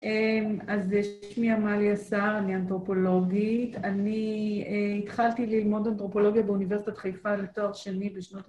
‫אז שמי עמליה שר, אני אנתרופולוגית. ‫אני התחלתי ללמוד אנתרופולוגיה ‫באוניברסיטת חיפה לתואר שני ‫בשנות ה-